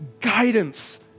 guidance